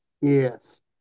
Yes